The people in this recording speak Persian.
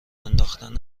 انداختن